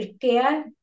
care